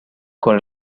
con